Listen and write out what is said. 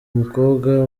umukobwa